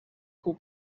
call